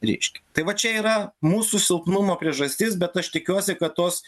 reiškia tai va čia yra mūsų silpnumo priežastis bet aš tikiuosi kad tos